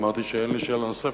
אמרתי שאין לי שאלה נוספת,